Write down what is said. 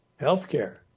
healthcare